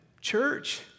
church